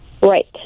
Right